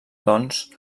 doncs